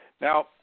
Now